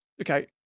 Okay